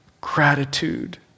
gratitude